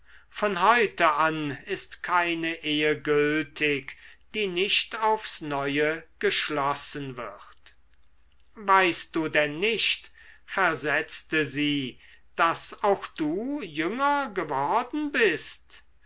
von heute an ist keine ehe gültig die nicht aufs neue geschlossen wird weißt du denn nicht versetzte sie daß auch du jünger geworden bist